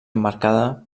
emmarcada